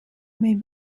may